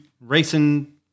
racing